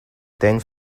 thanks